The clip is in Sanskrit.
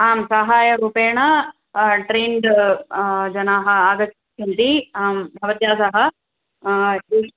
आं साहाय्यरूपेण ट्रैण्ड् जनाः आगच्छन्ति आं भवत्या सह